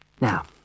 Now